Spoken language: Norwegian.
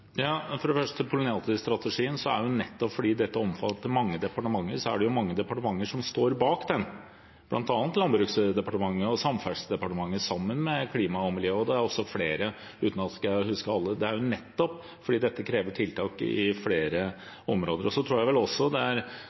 For det første pollinatorstrategien: Nettopp fordi dette omfatter mange departementer, er det mange departementer som står bak den, bl.a. Landbruksdepartementet og Samferdselsdepartementet, sammen med Klima- og miljødepartementet. Det er også flere uten at jeg husker alle. Det er nettopp fordi dette krever tiltak på flere områder. Jeg tror – av personlig erfaring og slik jeg kjenner mange Venstre-politikere i landet – at de også slåss for å beholde grøntområdene som er